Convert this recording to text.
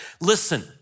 Listen